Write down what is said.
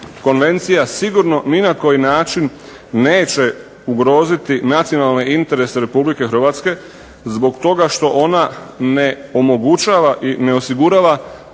konvencija sigurno ni na koji način neće ugroziti nacionalne interese RH zbog toga što ona ne omogućava i ne osigurava